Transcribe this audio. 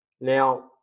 Now